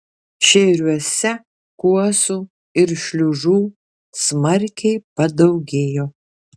šėriuose kuosų ir šliužų smarkiai padaugėjo